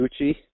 Gucci